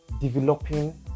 developing